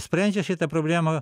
sprendžia šitą problemą